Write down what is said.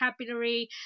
vocabulary